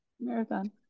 Marathon